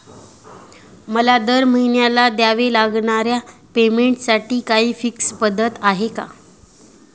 मला दरमहिन्याला द्यावे लागणाऱ्या पेमेंटसाठी काही फिक्स पद्धत आहे का?